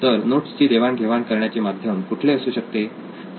तर नोट्स ची देवाणघेवाण करण्याचे माध्यम कुठले असू शकते